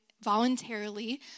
voluntarily